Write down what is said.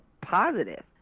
positive